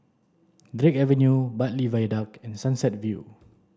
Drake Avenue Bartley Viaduct and Sunset View